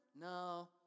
No